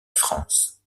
france